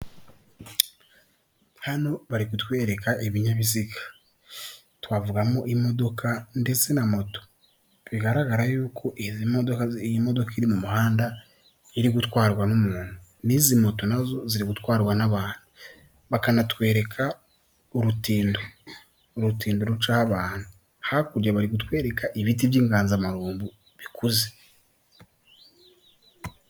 Hano bari kutwereka ibinyabiziga, twavugamo imodoka ndetse na moto, bigaragara yuko izi modoka, iyi modoka iri mu muhanda iri gutwarwa n'umuntu, n'izi moto nazo ziri gutwarwa n'abantu, bakanatwereka urutindo, urutindo ruca abantu hakurya bari kutwereka ibiti by'inganzamarumbo bikuze.